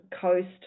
coast